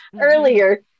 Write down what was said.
earlier